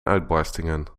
uitbarstingen